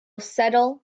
settle